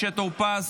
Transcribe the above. משה טור פז,